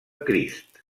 crist